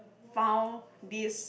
found this